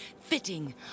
fitting